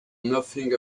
nothing